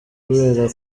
kubera